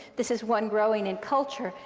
this is one growing in culture.